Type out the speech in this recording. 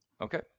okay